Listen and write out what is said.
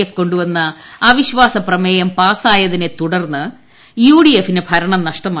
F കൊണ്ടുവന്ന അവിശ്വാസ പ്രമേയം പാസായതിനെ തുടർന്ന് യുഡിഎഫിന് ഭരണം നഷ്ടമായി